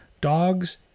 Dogs